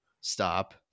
stop